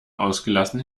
ausgelassen